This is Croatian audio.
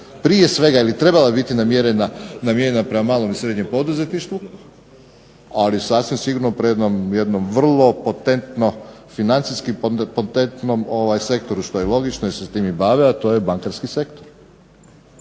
prije svega ili trebala biti namijenjena prema malom i srednjem poduzetništvu ali sasvim sigurno ... jedno vrlo potentno financijski potentnom sektoru što je logično jer se s tim i bave a to je bankarski sektor.